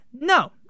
No